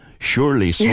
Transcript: surely